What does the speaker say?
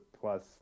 Plus